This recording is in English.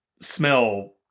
smell